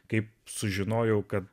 kaip sužinojau kad